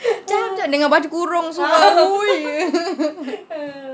dengan baju kurung semua